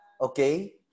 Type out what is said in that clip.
okay